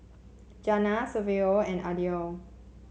Jana Saverio and Aidyn